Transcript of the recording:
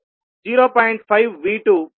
1V2 2I20